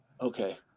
Okay